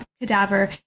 cadaver